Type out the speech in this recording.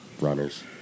Runners